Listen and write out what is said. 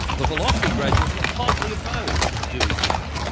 the philosophy graduates were hotly opposed to the dewey system.